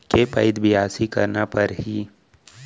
के पइत बियासी करना परहि?